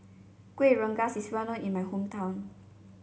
Kuih Rengas is well known in my hometown